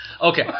Okay